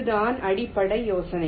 இதுதான் அடிப்படை யோசனை